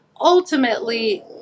ultimately